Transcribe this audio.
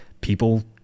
people